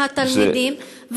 מהתלמידים,